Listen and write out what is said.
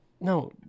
No